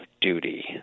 duty